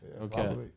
Okay